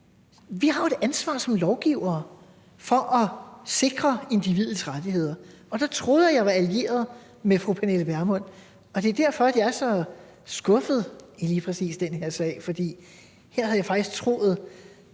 Vi har jo et ansvar for som lovgivere at sikre individets rettigheder, og der troede jeg at jeg var allieret med fru Pernille Vermund, og det er derfor, jeg er så skuffet i lige præcis den her sag, for her havde jeg faktisk troet,